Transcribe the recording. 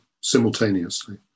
simultaneously